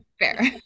fair